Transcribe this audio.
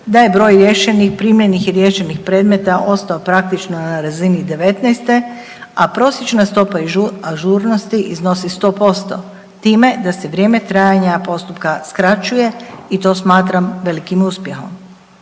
da je broj riješenih, primljenih riješenih predmeta ostao praktično na razini '19., a prosječna stopa ažurnosti iznosi 100% time da se vrijeme trajanja postupka skraćuje i to smatram velikim uspjehom.